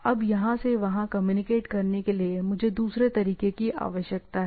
अब यहाँ से वहां कम्युनिकेट करने के लिए मुझे दूसरे तरीके की आवश्यकता है